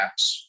apps